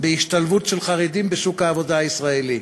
בהשתלבות של חרדים בשוק העבודה הישראלי.